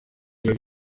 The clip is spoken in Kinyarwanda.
biba